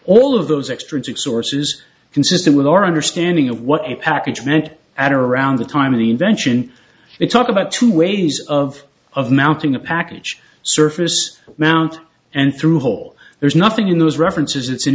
all of those extra two sources consistent with our understanding of what a package meant at around the time of the invention they talk about two ways of of mounting a package surface mount and through hole there's nothing in those references it's in